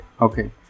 Okay